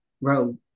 road